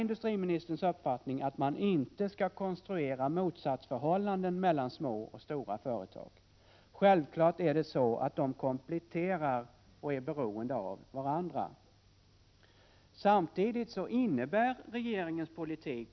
Industriministern redovisar att under de senaste åren 2 300 företag har startats med finansieringshjälp från regionala stödmedel. 2,5 miljarder kronor har satsats.